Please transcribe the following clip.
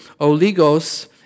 oligos